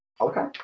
Okay